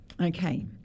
Okay